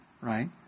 right